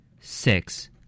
Six